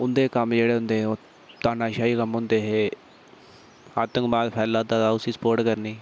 उं'दे कम्म जेह्ड़े होंदे हे तानाशाही कम्म होंदे हे आतंकवाद फैला दा उसी स्पोर्ट करना